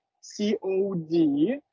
COD